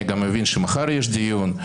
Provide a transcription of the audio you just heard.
אני מבין שגם מחר יש דיון.